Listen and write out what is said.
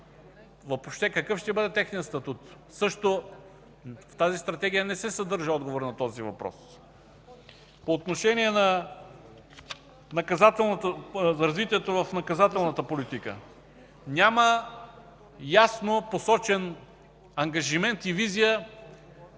въобще какъв ще бъде техният статут? В тази Стратегия не се съдържа отговор на този въпрос. По отношение на развитието в наказателната политика няма ясно посочен ангажимент и визия